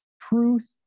truth